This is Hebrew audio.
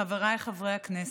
חבריי חברי הכנסת,